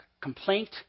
complaint